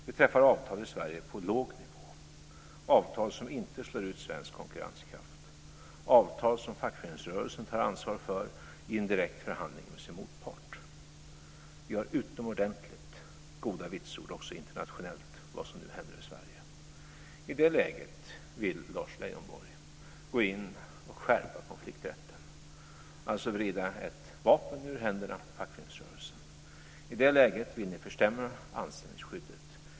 Vi träffar avtal på låg nivå i Sverige, avtal som inte slår ut svensk konkurrenskraft, avtal som fackföreningsrörelsen tar ansvar för i en direkt förhandling med sin motpart. Vi har utomordentligt goda vitsord också internationellt i fråga om vad som nu händer i Sverige. I det läget vill Lars Leijonborg gå in och skärpa konflikträtten, alltså vrida ett vapen ur händerna på fackföreningsrörelsen. I det läget vill ni försämra anställningsskyddet.